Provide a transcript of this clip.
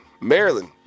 Maryland